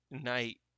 night